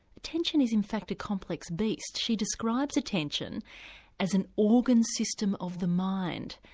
attention is in fact a complex beast. she describes attention as an organ system of the mind,